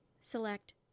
select